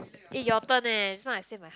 eh your turn eh just now I say my